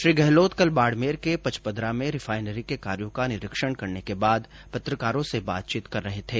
श्री गहलोत कल बाडमेर के पंचपदरा में रिफायनरी के कार्यों का निरीक्षण करने के बाद पत्रकारों से बातचीत कर रहे थे